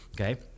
okay